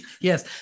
Yes